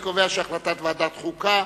אני קובע שהחלטת ועדת חוקה